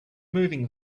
moving